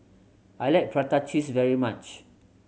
I like prata cheese very much